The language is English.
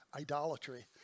idolatry